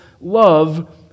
love